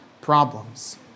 problems